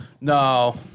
no